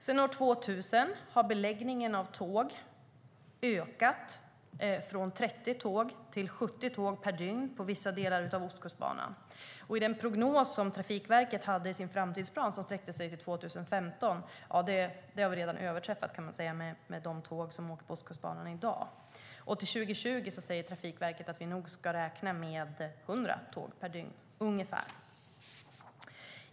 Sedan år 2000 har beläggningen av tåg ökat från 30 tåg till 70 tåg per dygn på vissa delar av Ostkustbanan. Den prognos som Trafikverket gjorde i sin framtidsplan till 2015 har redan överträffats med de tåg som åker på Ostkustbanan i dag. Till 2020 säger Trafikverket att vi nog ska räkna med ungefär 100 tåg per dygn.